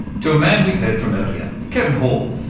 to a man we heard from earlier, kevin hall,